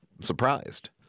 surprised